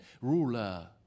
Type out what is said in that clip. ruler